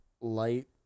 Light